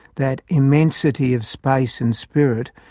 that immensity of space and spirit,